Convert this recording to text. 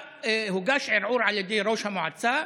הוגש ערעור על ידי ראש המועצה,